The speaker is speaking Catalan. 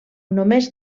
només